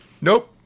Nope